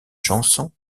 chanson